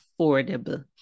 affordable